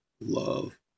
love